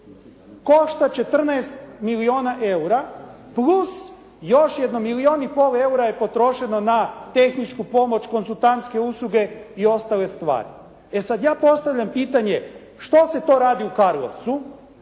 Košta 14 milijuna EUR-a plus još jedno milijun i pol EUR-a je potrošeno na tehničku pomoć, konzultantske usluge i ostale stvari. E sad ja postavljam pitanje šta se to radi u Karlovcu